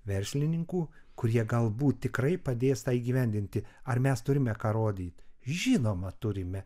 verslininkų kurie galbūt tikrai padės tą įgyvendinti ar mes turime ką rodyt žinoma turime